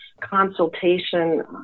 consultation